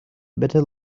better